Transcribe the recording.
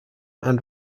and